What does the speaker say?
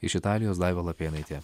iš italijos daiva lapėnaitė